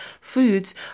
foods